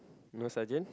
no sergeant